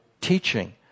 teaching